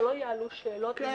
שלא יעלו שאלות.